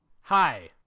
Hi